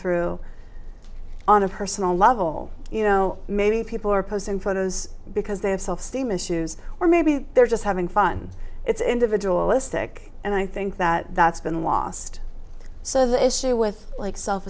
through on a personal level you know maybe people are posting photos because they have self esteem issues or maybe they're just having fun it's individual istic and i think that that's been lost so the issue with like self